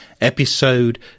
Episode